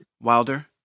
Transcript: Wilder